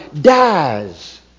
dies